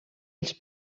els